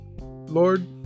Lord